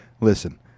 listen